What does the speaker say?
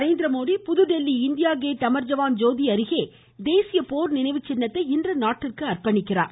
Narendra Modi Pudhu Dilli India Gate Amar Jawan Jyoti அருகே தேசிய போர் நினைவுச் சின்னத்தை இன்று நாட்டிற்கு அர்ப்பணிக்கிறார்